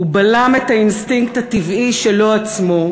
הוא בלם את האינסטינקט הטבעי שלו עצמו,